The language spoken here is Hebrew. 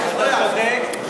אתה צודק,